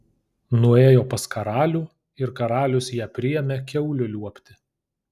nuėjo pas karalių ir karalius ją priėmė kiaulių liuobti